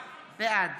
בעד